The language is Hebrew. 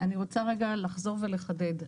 אני רוצה לחזור ולחדד.